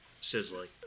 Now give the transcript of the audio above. sizzling